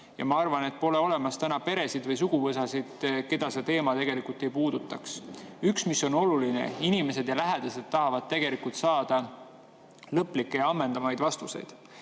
Ja ma arvan, et pole olemas peresid või suguvõsasid, keda see teema tegelikult ei puudutaks. Üks, mis on oluline – inimesed ja lähedased tahavad saada lõplikke ja ammendavaid vastuseid. Valitsus